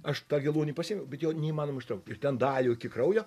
aš tą geluonį pasiėmiau bet jo neįmanoma ištraukt ir ten dalį iki kraujo